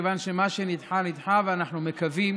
כיוון שמה שנדחה נדחה, אנחנו מקווים